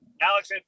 Alex